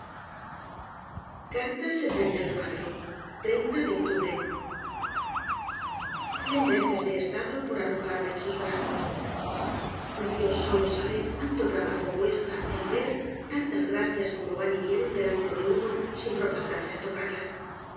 consuelo de octubre cien veces he estado por arrojarme en sus brazos dios solo sabe cuánto trabajo cuesta el ver tantas gracias como van y vienen delante de uno sin propasarse á tocarlas